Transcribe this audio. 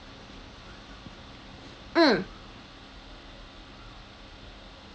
mm